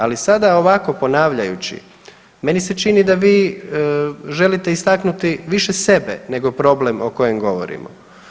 Ali sada ovako ponavljajući meni se čini da vi želite istaknuti više sebe nego problem o kojem govorimo.